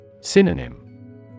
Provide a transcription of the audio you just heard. Synonym